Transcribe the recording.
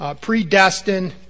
predestined